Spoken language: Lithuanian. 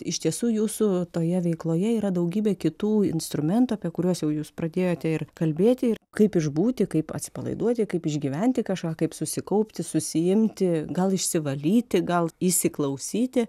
iš tiesų jūsų toje veikloje yra daugybė kitų instrumentų apie kuriuos jau jūs pradėjote ir kalbėti ir kaip išbūti kaip atsipalaiduoti kaip išgyventi kažką kaip susikaupti susiimti gal išsivalyti gal įsiklausyti